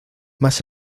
más